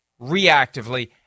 reactively